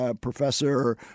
professor